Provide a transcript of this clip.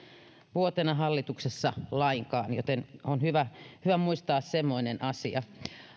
vuotena hallituksessa lainkaan on hyvä hyvä muistaa semmoinen asia